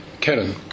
Kennan